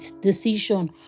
decision